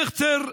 דיכטר,